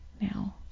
now